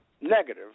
negative